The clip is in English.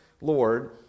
Lord